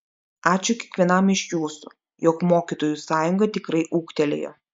ačiū kiekvienam iš jūsų jog mokytojų sąjunga tikrai ūgtelėjo